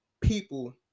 people